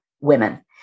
women